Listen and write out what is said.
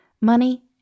Money